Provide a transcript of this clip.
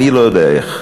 אני לא יודע איך,